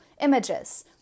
images